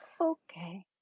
Okay